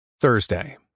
Thursday